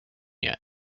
yet